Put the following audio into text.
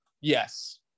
Yes